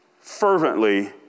fervently